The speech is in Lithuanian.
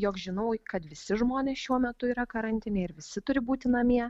jog žinau kad visi žmonės šiuo metu yra karantine ir visi turi būti namie